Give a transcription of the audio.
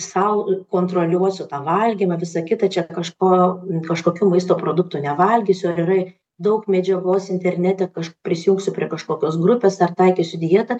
sau kontroliuosiu tą valgymą visa kita čia kažko kažkokių maisto produktų nevalgysiu ar yra daug medžiagos internete ką aš prisijungsiu prie kažkokios grupės ar taikysiu dietą